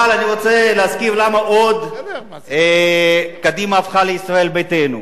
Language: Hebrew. אבל אני רוצה להזכיר עוד למה קדימה הפכה לישראל ביתנו.